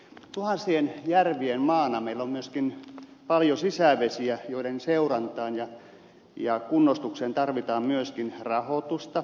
tuhansien järvien maana meillä on myöskin paljon sisävesiä joiden seurantaan ja kunnostukseen tarvitaan myöskin rahoitusta